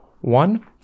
One